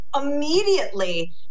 immediately